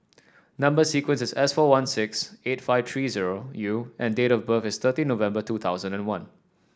number sequence is S four one six eight five three zero U and date of birth is thirty November two thousand and one